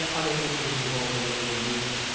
yeah unable to move the world the way they want to move it.